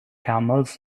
camels